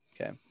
Okay